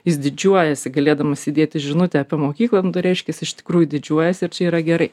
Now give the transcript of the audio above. jis didžiuojasi galėdamas įdėti žinutę apie mokyklą nu tai reiškias iš tikrųjų didžiuojasi ir čia yra gerai